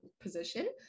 position